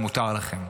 מותר לכם.